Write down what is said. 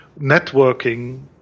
networking